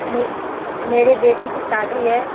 मे मेरी बेटी की शादी है